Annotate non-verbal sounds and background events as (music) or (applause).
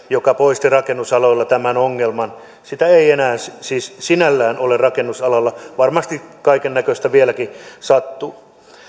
(unintelligible) joka poisti rakennusalalla tämän ongelman sitä ei enää siis sinällään ole rakennusalalla vaikka varmasti kaiken näköistä vieläkin